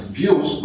views